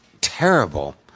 terrible